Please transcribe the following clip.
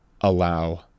allow